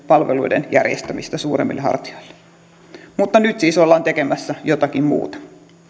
palveluiden järjestämistä suuremmille hartioille mutta nyt siis ollaan tekemässä jotakin muuta